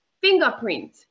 fingerprint